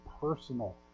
personal